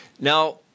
Now